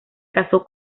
casó